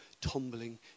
tumbling